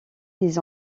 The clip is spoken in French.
des